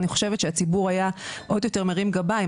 אני חושבת שהציבור היה עוד יותר מרים גבה אם